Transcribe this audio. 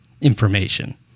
information